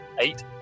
eight